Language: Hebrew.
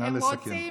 נא לסכם.